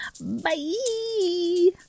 bye